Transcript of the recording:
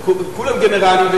וכולם גנרלים,